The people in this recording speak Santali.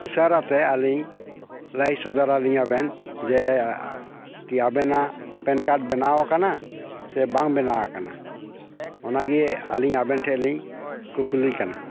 ᱩᱥᱟᱨᱟᱛᱮ ᱟᱹᱞᱤᱧ ᱞᱟᱹᱭ ᱥᱚᱫᱚᱨ ᱟᱹᱞᱤᱧᱟᱵᱮᱱ ᱡᱮ ᱠᱤ ᱟᱵᱮᱱᱟᱜ ᱯᱮᱱ ᱠᱟᱨᱰ ᱵᱮᱱᱟᱣ ᱟᱠᱟᱱᱟ ᱥᱮ ᱵᱟᱝ ᱵᱮᱱᱟᱣ ᱟᱠᱟᱱᱟ ᱚᱱᱟᱜᱮ ᱟᱹᱞᱤᱧ ᱟᱵᱮᱱ ᱴᱷᱮᱱᱞᱤᱧ ᱠᱩᱠᱞᱤ ᱠᱟᱱᱟ